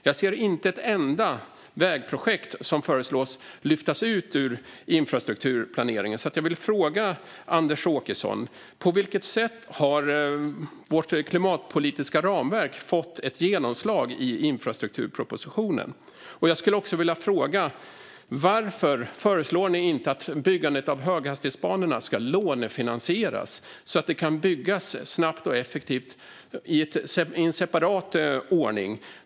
Jag ser inte ett enda vägprojekt som föreslås lyftas ut ur infrastrukturplaneringen. Jag vill därför fråga Anders Åkesson: På vilket sätt har vårt klimatpolitiska ramverk fått ett genomslag i infrastrukturpropositionen? Jag skulle också vilja fråga varför ni inte föreslår att byggandet av höghastighetsbanorna ska lånefinansieras, så att de kan byggas snabbt och effektivt i separat ordning.